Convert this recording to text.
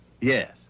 Yes